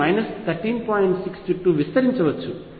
6 చుట్టూ విస్తరించవచ్చు